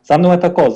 אז שמנו את הכול.